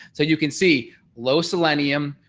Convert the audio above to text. so you can see low selenium,